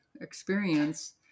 experience